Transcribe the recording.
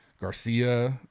Garcia